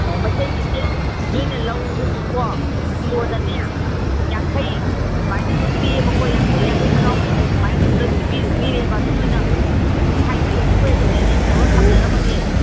ꯑꯣ ꯃꯩꯇꯩꯒꯤ ꯆꯦꯡ ꯅꯈꯣꯏꯅ ꯂꯧꯔꯕꯁꯨꯀꯣ ꯀꯤꯂꯣꯗꯅꯦ ꯌꯥꯡꯈꯩ ꯁꯨꯃꯥꯏꯅ ꯑꯗꯨꯝ ꯄꯤꯌꯦꯕꯀꯣ ꯌꯥꯡꯈꯩ ꯌꯥꯡꯈꯩ ꯃꯉꯥ ꯍꯨꯝꯐꯨ ꯁꯨꯃꯥꯏꯅ ꯑꯗꯨꯝ ꯂꯣꯏꯅ ꯄꯤꯔꯦꯕ ꯑꯗꯨ ꯅꯈꯣꯏꯅ ꯃꯁꯤꯡ ꯍꯥꯏꯕꯤꯔꯛꯑꯣ ꯑꯩꯈꯣꯏ ꯑꯗꯨꯝ ꯑꯦꯔꯦꯟꯖ ꯇꯧꯔꯒ ꯊꯝꯖꯔꯝꯃꯒꯦ